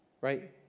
right